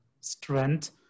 strength